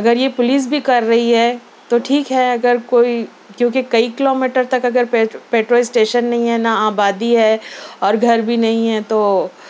اگر یہ پولیس بھی کر رہی ہے تو ٹھیک ہے اگر کوئی کیونکہ کئی کلو میٹر تک اگر پیٹ پیٹرول اسٹیشن نہیں ہے نہ آبادی ہے اور گھر بھی نہیں ہے تو